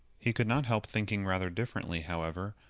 he could not help thinking rather differently, however,